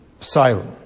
Asylum